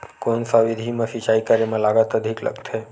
कोन सा विधि म सिंचाई करे म लागत अधिक लगथे?